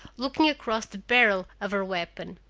looking across the barrel of her weapon.